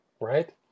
right